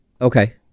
Okay